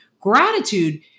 Gratitude